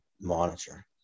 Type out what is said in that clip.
monitor